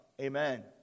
Amen